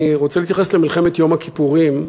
אני רוצה להתייחס למלחמת יום הכיפורים,